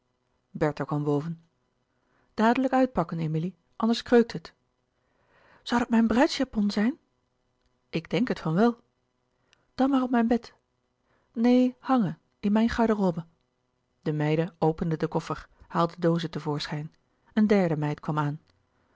bertha kwam boven dadelijk uitpakken emilie anders kreukt het zoû dat mijn bruidsjapon zijn ik denk het van wel dan maar op mijn bed neen hangen in mijn garderobe de meiden openden den koffer haalden doozen te voorschijn een derde meid kwam